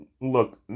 look